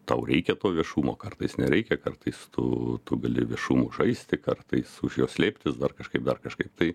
tau reikia to viešumo kartais nereikia kartais tu tu gali viešumu žaisti kartais už jo slėptis dar kažkaip dar kažkaip tai